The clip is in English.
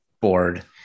board